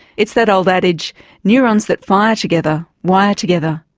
it's that old adage neurons that fire together wire together.